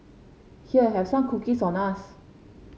here have some cookies on us